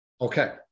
Okay